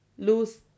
Lose